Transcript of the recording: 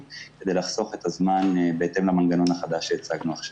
כדי לחסוך את הזמן בהתאם למנגנון החדש שהצגנו עכשיו.